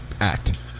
act